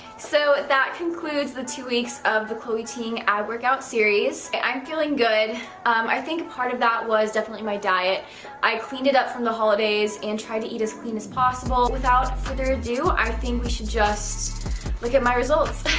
so that concludes the two weeks of the chloe teen ad workout series. i'm feeling good um i think part of that was definitely my diet i cleaned it up from the holidays and try to eat as clean as possible without further ado. i think we should just look at my results